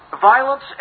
Violence